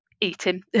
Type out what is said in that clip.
eating